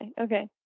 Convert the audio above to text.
Okay